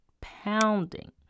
pounding